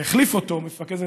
והחליף אותו מפקד,